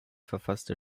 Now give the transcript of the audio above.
verfasste